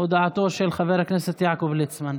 הודעתו של חבר הכנסת יעקב ליצמן.